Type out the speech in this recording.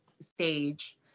stage